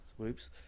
whoops